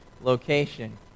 location